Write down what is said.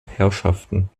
herrschaften